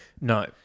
No